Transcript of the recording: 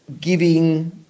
giving